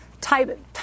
type